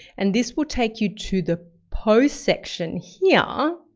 and this will take you to the post section here.